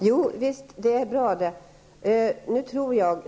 Herr talman!